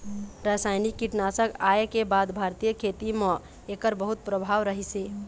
रासायनिक कीटनाशक आए के बाद भारतीय खेती म एकर बहुत प्रभाव रहीसे